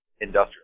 industrial